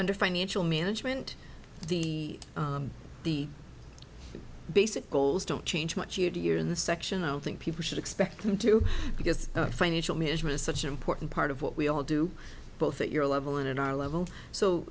under financial management the the basic goals don't change much year to year in the section i don't think people should expect them to because financial management is such an important part of what we all do both at your level and in our level so